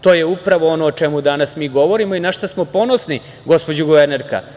To je upravo ono o čemu danas mi govorimo i na šta smo ponosni, gospođo guvernerka.